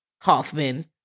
Hoffman